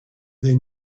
they